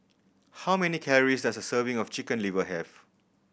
how many calories does a serving of Chicken Liver have